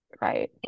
Right